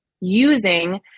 using